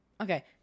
Okay